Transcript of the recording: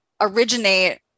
originate